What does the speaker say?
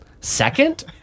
Second